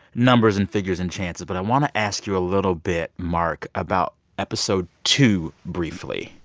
numbers and figures and chances. but i want to ask you a little bit, mark, about episode two, briefly.